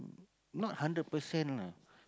not hundred percent lah